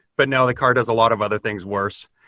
but now the car does a lot of other things worst.